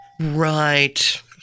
Right